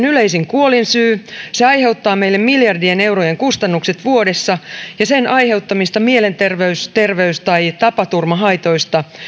yleisin kuolinsyy se aiheuttaa meille miljardien eurojen kustannukset vuodessa ja sen aiheuttamista mielenterveys terveys tai tapaturmahaitoista